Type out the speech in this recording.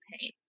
pain